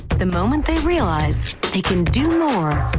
the moment, they realize they can do more.